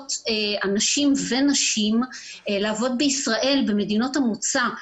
שמגייסות אנשים ונשים לעבוד בישראל במדינות המוצא.